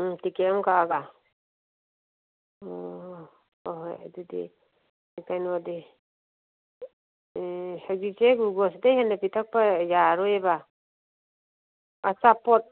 ꯎꯝ ticket ꯑꯃ ꯀꯛꯑꯒ ꯑꯣ ꯍꯣꯏ ꯍꯣꯏ ꯑꯗꯨꯗꯤ ꯀꯩꯅꯣꯗꯤ ꯍꯧꯖꯤꯛꯁꯦ ꯒ꯭ꯂꯣꯒꯣꯁꯗꯩ ꯍꯦꯟꯅ ꯄꯤꯊꯛꯄ ꯌꯥꯔꯔꯣꯏꯕ ꯑꯆꯥꯄꯣꯠ